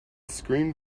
screamed